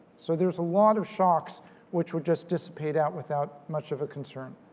so there's a lot of shocks which would just dissipate out without much of a concern.